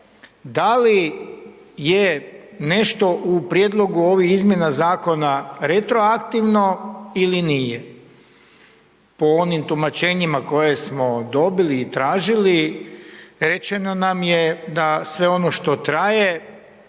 da li je nešto u prijedlogu ovih izmjena zakona retroaktivno ili nije. Po onim tumačenjima koje smo dobili i tražili rečeno nam je da sve ono što traje,